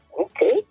Okay